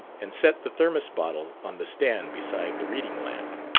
and set the thermos-bottle on the stand beside the reading lamp.